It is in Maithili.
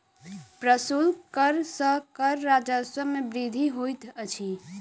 प्रशुल्क कर सॅ कर राजस्व मे वृद्धि होइत अछि